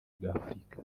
bw’afurika